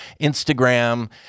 Instagram